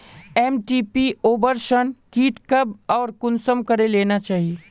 MTP abortion kit कब आर कुंसम करे लेना चही?